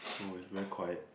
oh it's very quiet